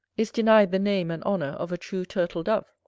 is denied the name and honour of a true turtle-dove.